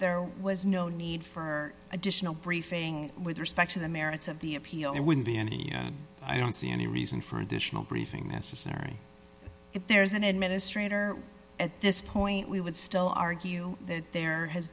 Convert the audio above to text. there was no need for additional briefing with respect to the merits of the appeal and wouldn't be any i don't see any reason for additional briefing necessary if there is an administrator at this point we would still argue that there has